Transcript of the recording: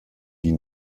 die